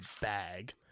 bag